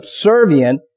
subservient